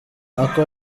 aka